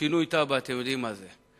שינוי תב"ע, אתם יודעים מה זה.